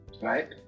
Right